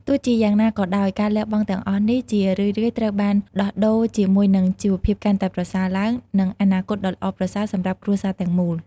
ទោះជាយ៉ាងណាក៏ដោយ ការលះបង់ទាំងអស់នេះជារឿយៗត្រូវបានដោះដូរជាមួយនឹងជីវភាពកាន់តែប្រសើរឡើង និងអនាគតដ៏ល្អប្រសើរសម្រាប់គ្រួសារទាំងមូល។